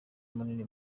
munini